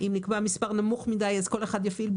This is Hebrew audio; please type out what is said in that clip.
מטעם מי הוא אמור להיות?